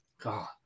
God